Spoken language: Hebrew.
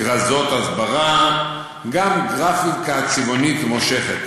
כרזות הסברה, גם בגרפיקה צבעונית ומושכת.